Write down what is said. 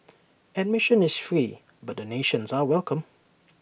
admission is free but donations are welcome